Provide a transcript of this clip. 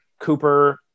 Cooper